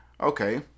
Okay